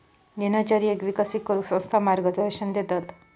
दिनचर्येक विकसित करूक संस्था मार्गदर्शन देतत